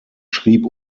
schrieb